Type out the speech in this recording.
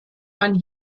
man